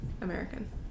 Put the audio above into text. American